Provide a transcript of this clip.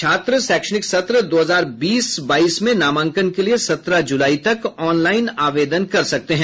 छात्र शैक्षणिक सत्र दो हजार बीस बाईस में नामांकन के लिए सत्रह जुलाई तक ऑनलाईन आवेदन कर सकते हैं